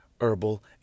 herbal